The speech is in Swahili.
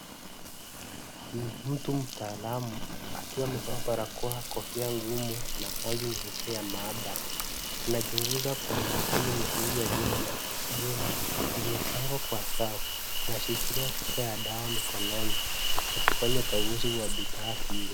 Ni mtu mtaalamu, akiwa amevaa barakoa, kofia ngumu na kanzu nyeupe ya maabara, anachunguza kwa makini mitungi ya gesi ya oksijeni iliyopangwa kwa safu. Anashikilia chupa ya dawa mikononi, akifanya ukaguzi wa bidhaa hizo.